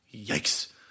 yikes